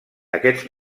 aquests